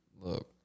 Look